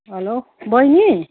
hello बहिनी